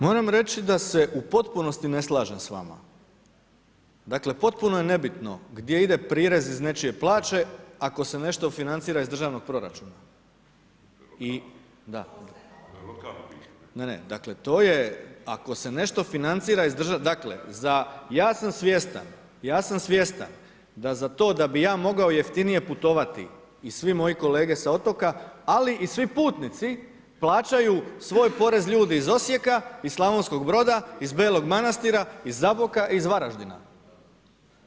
Moram reći da se u potpunosti ne slažem s vama, dakle potpuno je nebitno gdje ide prirez iz nečije plaće ako se nešto financira iz državnog proračuna … [[Upadica se ne čuje.]] Ne, ne, dakle to je ako se nešto financira, dakle ja sam svjestan da za to da bi ja mogao jeftinije putovati i svi moji kolege s otoka, ali i svi putnici plaćaju svoj porez ljudi iz Osijeka, Slavonskog Broda, Belog Manastira, iz Zaboka, iz Varaždina.